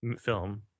film